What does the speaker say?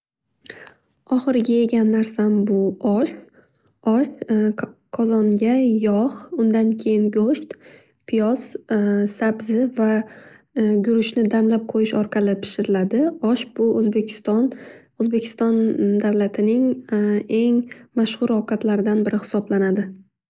Ohirgi yegan narsam bu osh. Osh qozonga yog' undan keyin go'sht, pyoz sabzi va gueuchni damlab qo'yish orqali pishiriladi. Osh bu o'zbekiston davlatining eng mashhur ovqatidan hisoblanadi.